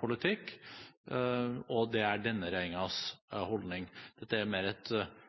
politikk, og det er denne regjeringens holdning. Dette er mer et